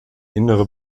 innere